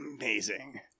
amazing